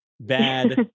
bad